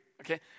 okay